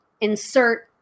Insert